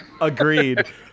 Agreed